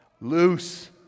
loose